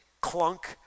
clunk